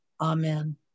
Amen